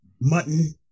mutton